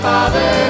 Father